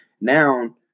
now